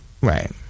right